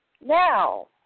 Now